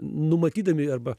numatydami arba